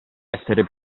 essere